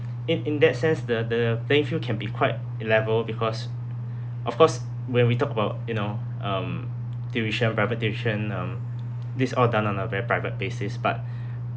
in in that sense the the playingfield can be quite level because of course when we talk about you know um tuition private tuition um this is all done on a very private basis but